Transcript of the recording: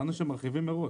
קבענו שמרחיבים מראש.